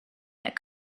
that